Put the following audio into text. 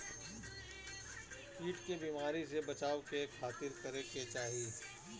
कीट के बीमारी से बचाव के खातिर का करे के चाही?